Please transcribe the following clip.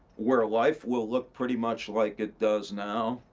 where life will look pretty much like it does now.